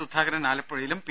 സുധാകരൻ ആലപ്പുഴയിലും പി